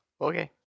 Okay